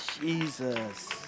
Jesus